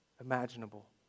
imaginable